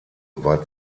war